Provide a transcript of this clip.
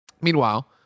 Meanwhile